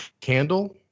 Candle